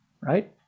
right